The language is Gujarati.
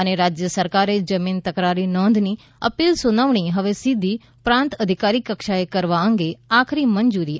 ૈ રાજય સરકારે જમીન તકરારી નોંધની અપીલ સુનાવણી હવે સીધી પ્રાંત અધિકારી કક્ષાએ કરવા અંગે આખરી મંજુરી આપી છે